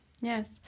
Yes